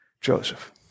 Joseph